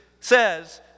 says